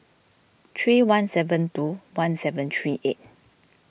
three one seven two one seven three eight